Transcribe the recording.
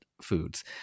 foods